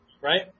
Right